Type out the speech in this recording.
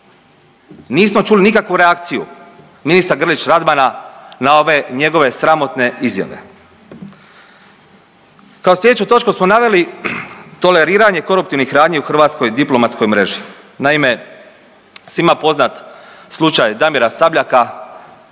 Nismo čuli nikakvu reakciju ministra Grlić Radmana na ove njegove sramotne izjave. Kao slijedeću točku smo naveli toleriranje koruptivnih radnji u hrvatskoj diplomatskoj mreži. Naime, svima poznat slučaj Damira Sabljaka